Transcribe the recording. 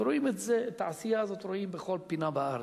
ואת העשייה הזאת רואים בכל פינה בארץ.